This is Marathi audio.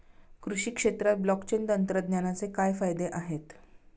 कृषी क्षेत्रात ब्लॉकचेन तंत्रज्ञानाचे काय फायदे आहेत?